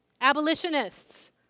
Abolitionists